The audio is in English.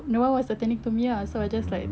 no one was attending to me ah so I just like